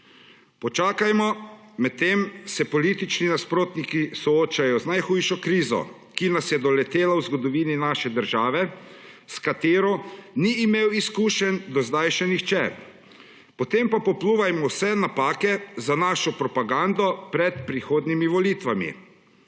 Počakajmo, medtem se politični nasprotniki soočajo z najhujšo krizo, ki nas je doletela v zgodovini naše države, s katero ni imel izkušenj do zdaj še nihče, potem pa popljuvajmo vse napake za našo propagando pred prihodnjimi volitvami.